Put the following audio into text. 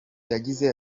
yagize